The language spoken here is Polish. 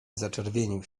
zaczerwienił